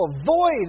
avoid